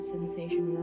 sensation